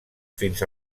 fins